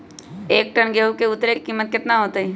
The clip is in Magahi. एक टन गेंहू के उतरे के कीमत कितना होतई?